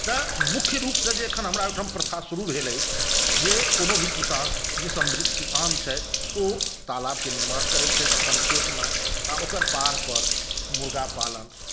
तऽ मुख्य रूपसँ जे एखन हमरा ओहिठाम प्रथा शुरू भेल अछि जे कोनो भी किसान जे समृद्ध किसान छथि ओ तालाबके निर्माण करै छथि अपन खेतमे आओर ओकर पाढ पर मुर्गा पालन